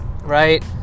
right